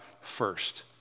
first